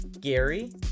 Gary